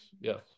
Yes